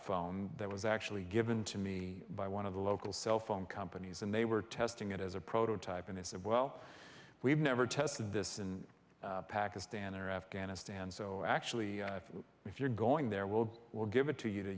phone that was actually given to me by one of the local cell phone companies and they were testing it as a prototype and they said well we've never tested this in pakistan or afghanistan so actually if you're going there we'll we'll give it to you to